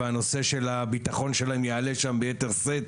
והנושא של הביטחון שלהם יעלה שם ביתר שאת.